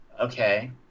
okay